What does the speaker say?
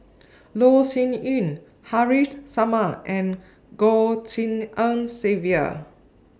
Loh Sin Yun Haresh Sharma and Goh Tshin En Sylvia